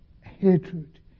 hatred